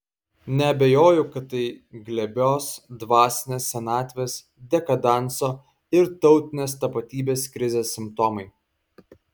neabejoju kad tai glebios dvasinės senatvės dekadanso ir tautinės tapatybės krizės simptomai